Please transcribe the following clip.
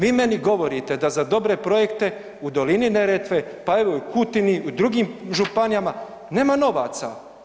Vi meni govorite da za dobre projekte u dolini Neretve, pa evo i u Kutini i u drugim županijama, nema novaca.